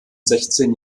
sechzehn